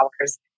hours